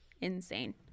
insane